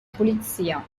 polizia